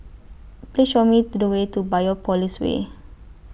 Please Show Me The Way to Biopolis Way